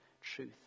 truth